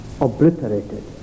obliterated